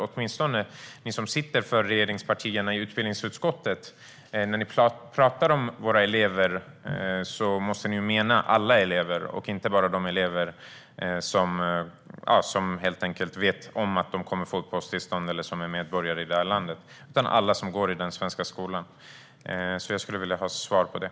Åtminstone måste ni som sitter för regeringspartierna i utbildningsutskottet mena alla elever, inte bara de elever som helt enkelt vet om att de kommer att få uppehållstillstånd eller som är medborgare i landet. Jag skulle vilja ha svar på frågan.